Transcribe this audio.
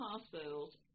hospitals